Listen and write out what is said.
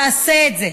תעשה את זה,